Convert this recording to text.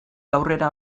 aurrera